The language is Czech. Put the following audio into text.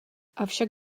avšak